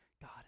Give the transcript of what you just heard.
God